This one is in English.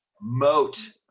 moat